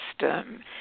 system